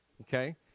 okay